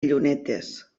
llunetes